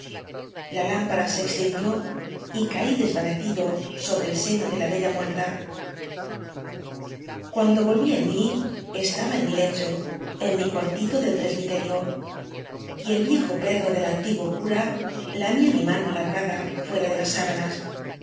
la lámpara se extinguió y caf desvanecido sobre el seno de la bella muerta cuddrlo volví en m i estaba ea m i iecho en mi cuartito del presbiterio y el viejo perro del antiguo cura lamfa mi mano alargada fuera de las sábanas